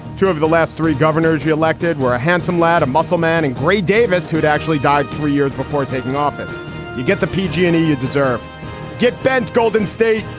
two over the last three governors we elected were a handsome lad, a muscle man, and gray davis, who'd actually died three years before taking office you get the pg and e you deserve get bent, golden state.